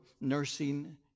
nursing